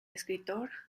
escritor